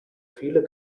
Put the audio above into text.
viele